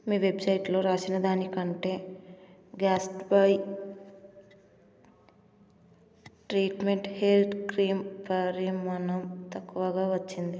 మీ వెబ్సైట్లో రాసినదానికంటే గ్యాస్ట్పై ట్రీట్మెంట్ హెయిర్ క్రీం పరిమాణం తక్కువగా వచ్చింది